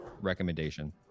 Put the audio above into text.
recommendation